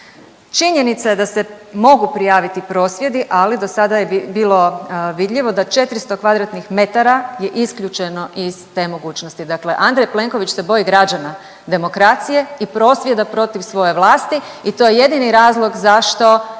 Činjenica je da se mogu prijaviti prosvjedi, ali do sada je bilo vidljivo da 400 kvadratnih metara je isključeno iz te mogućnosti. Dakle, Andrej Plenković se boji građana, demokracije i prosvjeda protiv svoje vlasti i to je jedini razlog zašto